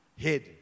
head